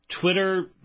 Twitter